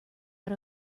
out